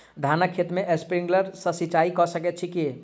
धानक खेत मे स्प्रिंकलर सँ सिंचाईं कऽ सकैत छी की?